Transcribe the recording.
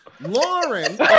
Lauren